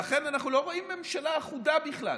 ואכן, אנחנו לא רואים ממשלה אחודה בכלל.